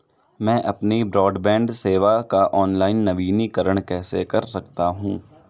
मैं अपनी ब्रॉडबैंड सेवा का ऑनलाइन नवीनीकरण कैसे कर सकता हूं?